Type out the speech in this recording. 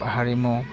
हारिमु